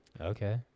Okay